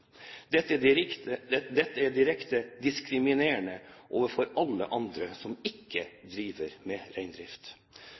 Dette er direkte diskriminerende overfor alle andre som ikke